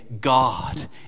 God